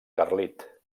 carlit